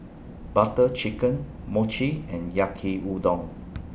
Butter Chicken Mochi and Yaki Udon